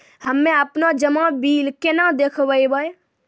हम्मे आपनौ जमा बिल केना देखबैओ?